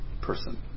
person